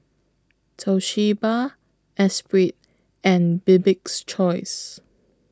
Toshiba Esprit and Bibik's Choice